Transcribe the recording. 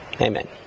amen